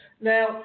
Now